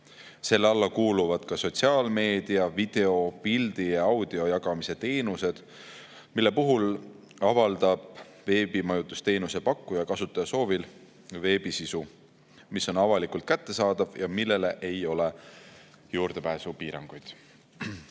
Selle alla kuuluvad ka sotsiaalmeedia, video, pildi ja audio jagamise teenused, mille puhul avaldab veebimajutusteenuse pakkuja kasutaja soovil veebisisu, mis on avalikult kättesaadav ja millele ei ole juurdepääsupiiranguid.